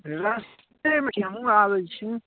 रस्तेमे छी हमहूँ आबै छी